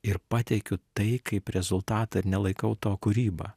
ir pateikiu tai kaip rezultatą ir nelaikau to kūryba